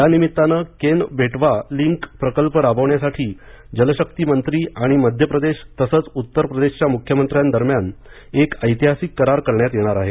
या निमित्तानं केन बेटवा लिंक प्रकल्प राबविण्यासाठी जलशक्ती मंत्री आणि मध्यप्रदेश तसंच उत्तर प्रदेशच्या मुख्यमंत्र्यांदरम्यान एक ऐतिहासिक करार करण्यात येणार आहे